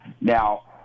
Now